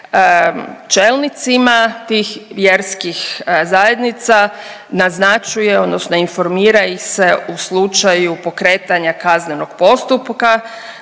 čelnicima tih vjerskih zajednica naznačuje odnosno informira ih se u slučaju pokretanja kaznenog postupka